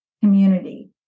community